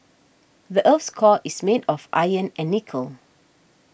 the earth's core is made of iron and nickel